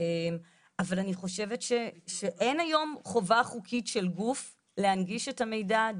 אבל אני חושבת שאין היום חובה חוקית של גוף להנגיש את המידע,